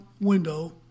window